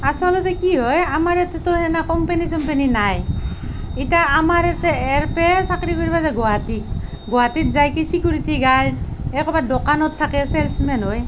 আচলতে কি হয় আমাৰ ইয়াতেটো হেনা কোম্পানী চোম্পানী নাই এতিয়া আমাৰ ইয়াতে ইয়াৰপৰাই চাকৰি কৰিব যায় গুৱাহাটীত গুৱাহাটীত যায় কি ছিকিউৰিটি গাৰ্ড এই ক'ৰবাত দোকানত থাকে ছেলছমেন হৈ